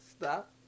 Stop